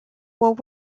while